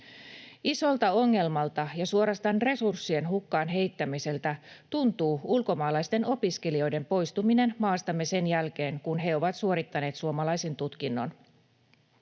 Isolta ongelmalta ja suorastaan resurssien hukkaan heittämiseltä tuntuu ulkomaalaisten opiskelijoiden poistuminen maastamme sen jälkeen, kun he ovat suorittaneet suomalaisen tutkinnon.